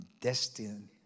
destined